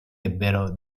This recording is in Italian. ebbero